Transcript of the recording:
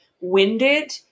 winded